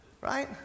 Right